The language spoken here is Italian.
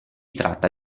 tratta